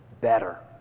better